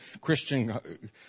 Christian